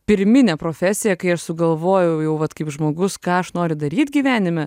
pirminė profesija kai aš sugalvojau jau vat kaip žmogus ką aš noriu daryt gyvenime